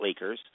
leakers